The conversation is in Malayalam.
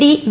D V